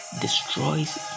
destroys